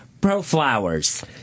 ProFlowers